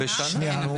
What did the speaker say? בשנה.